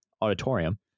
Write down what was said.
auditorium